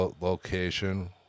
location